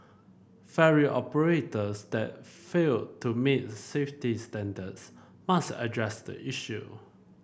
ferry operators that fail to meet safety standards must address the issue